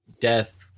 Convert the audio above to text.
death